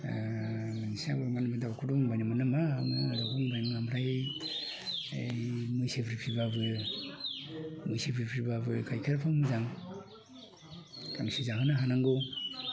ओ दाउखौ बुंबाय मोन नामा आङो दाउखौ बुंबायमोन आरो मैसोफोर फिबाबो खायफा मोजां गांसो जाहोनो हानांगौ